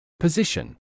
Position